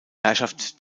herrschaft